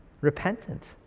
repentant